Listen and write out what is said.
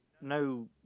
no